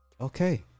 Okay